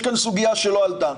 יש כאן סוגיה שלא עלתה.